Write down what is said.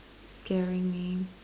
scaring me